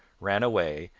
ran away,